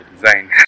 design